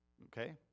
Okay